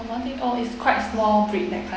uh one thing all is quite small breed that kind